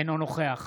אינו נוכח